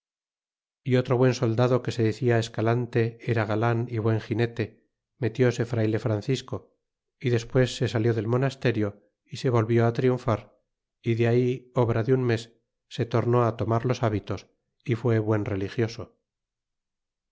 e otro buen soldado que se decía escalante era galan y buen ginete metióse frayle francisco ó despues se salió del monasterio é se volvió triunfar é de ahí obra de un mes se tornó tomar los hábitos y fué buen religioso